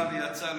בן אדם יצא לפנסיה,